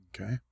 Okay